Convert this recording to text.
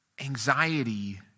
Anxiety